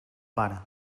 pare